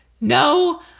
No